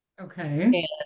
Okay